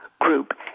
group